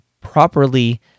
properly